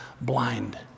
blind